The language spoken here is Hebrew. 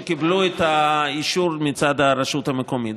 שקיבלו את האישור מצד הרשות המקומית.